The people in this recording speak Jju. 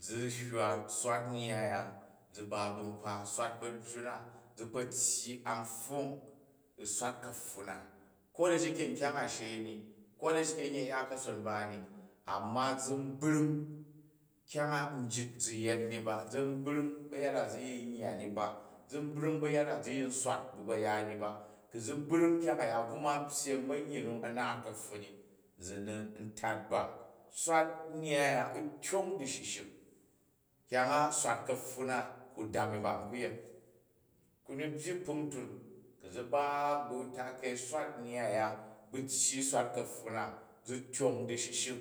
zi hywa swat nnyyai a zi ba ba̱ nkpa, swat bajj na zi kpo tyyi an pfong u̱ swat kapfun na ko da shike nkyang a̱ shei ni, ko da shike nye ka ka̱son ba ni, amma zi n brung kyang njit zi yet ni ba, zi n brung bu yada zi yi yya ni ba, zi n brung bu yada zi yin swat bu bayaan ni ba. Ku̱ zi brung nkyang a̱ya n nwwa pyyen, a̱nyyi a̱ naat kapfun ni zi ni n tat ba. Swat nnyyai ya ku tyong dishishik. Kyang a swat ka̱pfun na ku dam ni ba ku yeni. Kuni byye kpuntun ku̱ zi ba bu takaɨ swal nnyayai aya bu tyyi u swat kapfun na zi tyong dishishik,